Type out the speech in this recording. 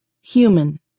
Human